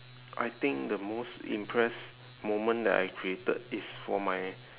I think the most impressed moment that I created is for my